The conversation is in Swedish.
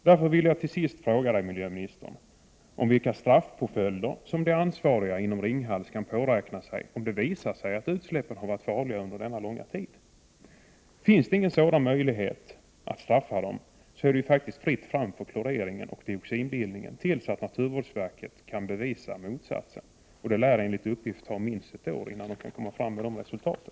Därför vill jag till sist fråga miljöministern vilka straffpåföljder de ansvariga inom Ringhals kan påräkna om det visar sig att utsläppen har varit farliga under denna långa tid. Om det inte finns någon sådan möjlighet att straffa dem är det faktiskt fritt fram för klorering och dioxinbildning tills naturvårdsverket kan bevisa motsatsen. Det lär enligt uppgift ta minst ett år innan verket kan komma med det resultatet.